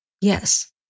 Yes